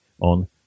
on